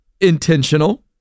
intentional